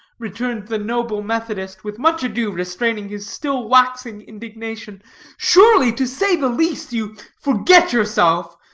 returned the noble methodist, with much ado restraining his still waxing indignation surely, to say the least, you forget yourself.